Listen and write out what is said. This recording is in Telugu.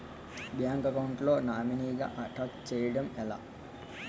బ్యాంక్ అకౌంట్ లో నామినీగా అటాచ్ చేయడం ఎలా?